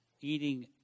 eating